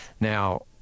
Now